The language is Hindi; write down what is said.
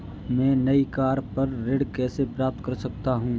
मैं नई कार पर ऋण कैसे प्राप्त कर सकता हूँ?